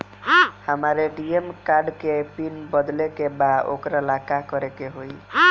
हमरा ATM card के PIN बदले के बा वोकरा ला का करे के होई?